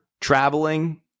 traveling